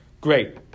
Great